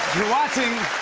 you're watching,